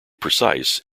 precise